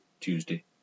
Tuesday